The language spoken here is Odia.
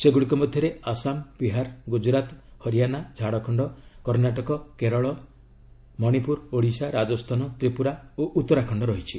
ସେଗୁଡ଼ିକ ମଧ୍ୟରେ ଆସାମ ବିହାର ଗୁଜରାତ ହରିଆନା ଝାଡ଼ଖଣ୍ଡ କର୍ଣ୍ଣାଟକ କେରଳ ମଣିପୁର ଓଡ଼ିଶା ରାଜସ୍ଥାନ ତ୍ରିପୁରା ଓ ଉତ୍ତରାଖଣ୍ଡ ରହିଛି